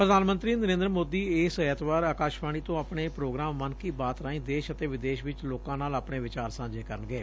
ਪ੍ਰਧਾਨ ਮੰਤਰੀ ਨਰੇਂਦਰ ਮੋਦੀ ਇਸ ਐਤਵਾਰ ਆਕਾਸ਼ਵਾਣੀ ਤੋਂ ਆਪਣੇ ਪ੍ਰੋਗਰਾਮ ਮਨ ਕੀ ਬਾਤ ਰਾਹੀਂ ਦੇਸ਼ ਅਤੇ ਵਿਦੇਸ਼ ਚ ਲੋਕਾਂ ਨਾਲ ਆਪਣੇ ਵਿਚਾਰ ਸਾਂਝੇ ਕਰਨਗੇ